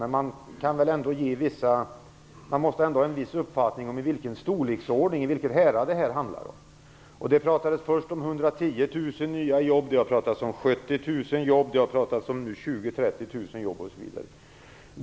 Men man måste ändå ha en viss uppfattning om storleksordningen, i vilket härad detta hamnar. Det pratades först om 110 000 nya jobb. Det har pratats om 70 000 nya jobb, sedan om 20 000-30 000 nya jobb osv.